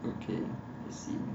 okay I see